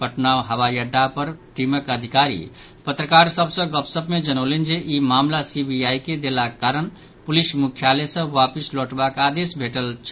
पटना हवाई अड्डा पर टीमक अधिकारी पत्रकार सभ सँ गपशप मे जनौलनि जे इ मामिला सीबीआई के देलाक कारण पुलिस मुख्यालय सँ वापिस लौटबाक आदेश भेंटल छल